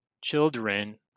children